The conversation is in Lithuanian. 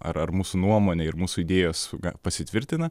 ar ar mūsų nuomonė ir mūsų idėjos pasitvirtina